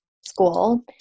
school